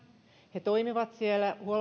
he toimivat siellä